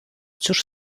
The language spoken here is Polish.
cóż